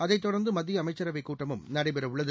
அதைத் தொடர்ந்து மத்திய அமைச்சரவைக் கூட்டமும் நடைபெறவுள்ளது